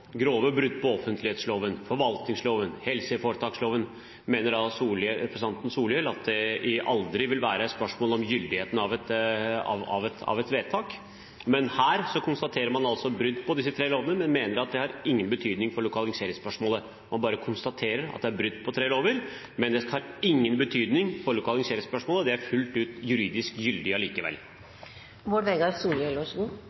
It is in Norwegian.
grove brudd på offentlighetsloven, forvaltningsloven, helseforetaksloven, mener da representanten Solhjell at det aldri vil være spørsmål om gyldigheten av et vedtak? Her konstaterer man altså brudd på disse tre lovene, men mener at det har ingen betydning for lokaliseringsspørsmålet. Man bare konstaterer at det er brudd på tre lover, men det har ingen betydning for lokaliseringsspørsmålet, det er fullt ut juridisk gyldig